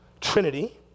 trinity